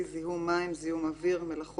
בחש"צ יש עשרות עבירות כאלה,